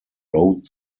road